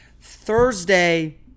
Thursday